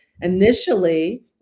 Initially